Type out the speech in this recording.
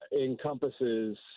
encompasses